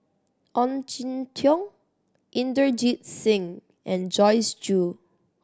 Ong Jin Teong Inderjit Singh and Joyce Jue